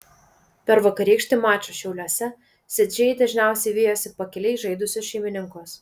per vakarykštį mačą šiauliuose svečiai dažniausiai vijosi pakiliai žaidusius šeimininkus